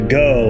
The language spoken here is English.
go